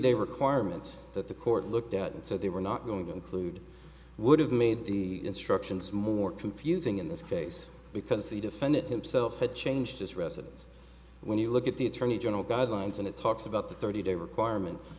day requirement that the court looked at and so they were not going to clued would have made the instructions more confusing in this case because the defendant himself had changed his residence when you look at the attorney general guidelines and it talks about the thirty day requirement